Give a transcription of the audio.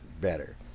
better